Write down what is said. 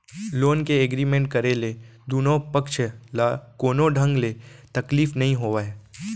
loan के agreement करे ले दुनो पक्छ ल कोनो ढंग ले तकलीफ नइ होवय